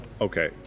Okay